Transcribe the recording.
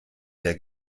der